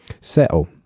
settle